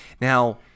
Now